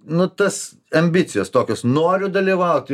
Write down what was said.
nu tas ambicijos tokios noriu dalyvauti